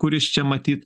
kuris čia matyt